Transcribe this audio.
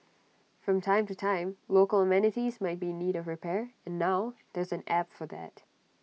from time to time local amenities might be in need of repair and now there's an app for that